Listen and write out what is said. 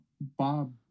Bob